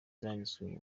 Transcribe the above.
zanditswe